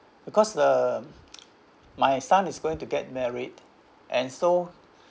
because the my son is going to get married and so